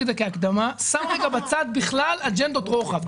את זה כהקדמה בכלל אג'נדות רוחב.